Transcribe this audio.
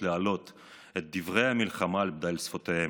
להעלות את דברי המלחמה על בדל שפתותיהם,